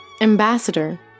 Ambassador